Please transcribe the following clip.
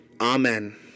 Amen